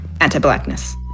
anti-blackness